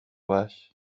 وحش